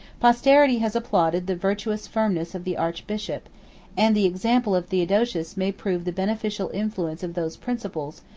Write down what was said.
posterity has applauded the virtuous firmness of the archbishop and the example of theodosius may prove the beneficial influence of those principles,